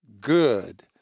good